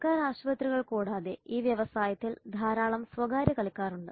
സർക്കാർ ആശുപത്രികൾ കൂടാതെ ഈ വ്യവസായത്തിൽ ധാരാളം സ്വകാര്യ കളിക്കാർ ഉണ്ട്